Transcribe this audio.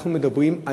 אנחנו מדברים,